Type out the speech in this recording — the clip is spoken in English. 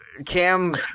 Cam